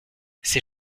ses